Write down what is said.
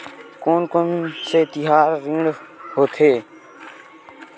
कोन कौन से तिहार ऋण होथे?